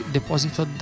Deposito